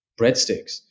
breadsticks